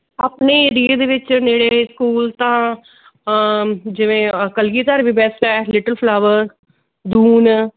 ਆਪਣੇ ਏਰੀਏ ਦੇ ਵਿੱਚ ਨੇੜੇ ਸਕੂਲ ਤਾਂ ਜਿਵੇਂ ਕਲਗੀਧਰ ਵੀ ਬੈਸਟ ਹੈ ਲਿਟਲ ਫਲਾਵਰ ਦੂਨ